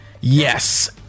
yes